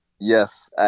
Yes